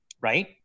right